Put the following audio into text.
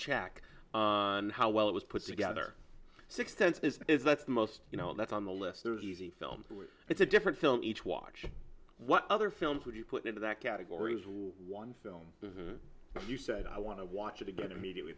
check on how well it was put together six says this is the most you know that's on the list there's easy film it's a different film each watch what other films would you put into that category one film you said i want to watch it again immediately